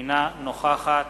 אינה נוכחת